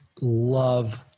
love